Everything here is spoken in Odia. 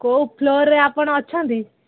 କୋଉ ଫ୍ଲୋରରେ ଆପଣ ଅଛନ୍ତି